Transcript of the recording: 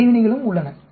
இடைவினைகளும் உள்ளன